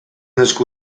esku